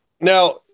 now